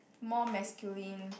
more masculine